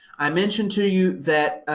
i mentioned to you that,